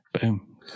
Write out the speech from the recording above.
boom